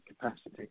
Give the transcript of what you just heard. capacity